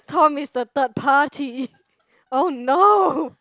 Tom is the third party oh no